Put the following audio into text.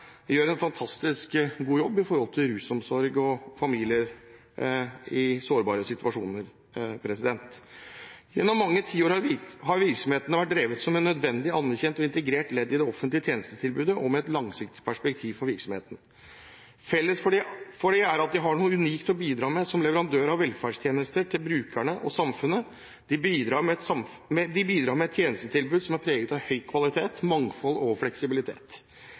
gjør en fantastisk god jobb med tanke på rusomsorg og familier i sårbare situasjoner. Gjennom mange tiår har virksomhetene vært drevet som et nødvendig, anerkjent og integrert ledd i det offentlige tjenestetilbudet, og med et langsiktig perspektiv for virksomheten. Felles for dem er at de har noe unikt å bidra med som leverandører av velferdstjenester til brukerne og samfunnet. De bidrar med et tjenestetilbud som er preget av høy kvalitet, mangfold og fleksibilitet.